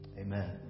Amen